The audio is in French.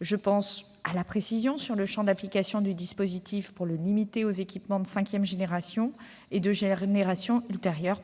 Je pense à la précision sur le champ d'application du dispositif pour le limiter aux équipements de cinquième génération et de générations ultérieures.